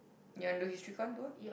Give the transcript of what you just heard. you want to do HIstory go and do ah